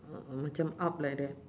a'ah macam up like that